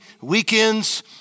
weekends